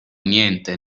niente